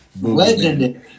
Legendary